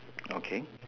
okay